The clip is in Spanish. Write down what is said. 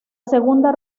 segunda